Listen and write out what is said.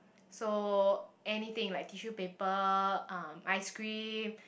so anything like tissue paper um ice-cream